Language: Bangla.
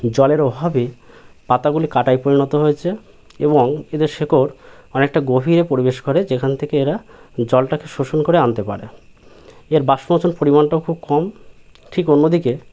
জলের অভাবে পাতাগুলি কাঁটায় পরিণত হয়েছে এবং এদের শেকড় অনেকটা গভীরে প্রবেশ করে যেখান থেকে এরা জলটাকে শোষণ করে আনতে পারে এর বাষ্পমোচন পরিমাণটাও খুব কম ঠিক অন্য দিকে